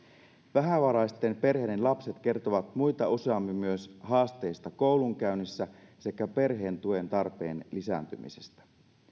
vähävaraisten perheiden lapset kertovat muita useammin myös haasteista koulunkäynnissä sekä perheen tuen tarpeen lisääntymisestä